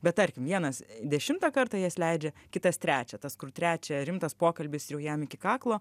bet tarkim vienas dešimtą kartą jas leidžia kitas trečią tas kur trečią rimtas pokalbis ir jau jam iki kaklo